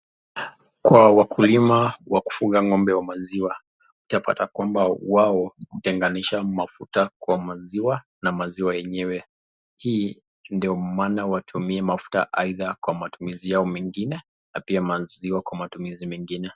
Kwa wakulima wa kufuga ng'ombe wa maziwa, utapata kwamba wao hutenganisha mafuta kwa maziwa na maziwa yenyewe, hii ndo maana watumie mafuta aidha kwa matumizi yao mengine na pia maziwa kwa matumizi mengine.